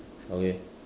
okay